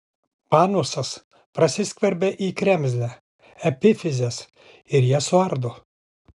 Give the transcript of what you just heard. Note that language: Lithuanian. panusas prasiskverbia į kremzlę epifizes ir jas suardo